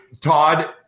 Todd